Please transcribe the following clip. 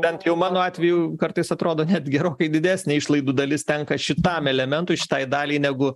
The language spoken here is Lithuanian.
bent jau mano atveju kartais atrodo net gerokai didesnė išlaidų dalis tenka šitam elementui šitai daliai negu